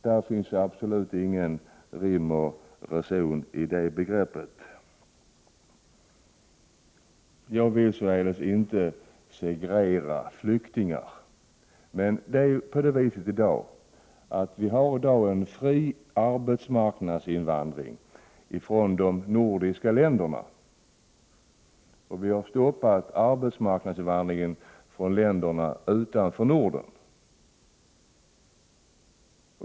Det finns absolut ingen rim och reson i det begreppet. Jag vill således inte segregera flyktingar. Vi har dock i dag en fri arbetskraftsinvandring från de nordiska länderna. Vi har stoppat arbetskraftsinvandringen från länderna utanför Norden.